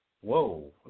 whoa